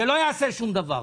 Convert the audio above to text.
זה לא יעשה שום דבר.